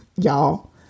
y'all